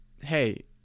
hey